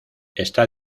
está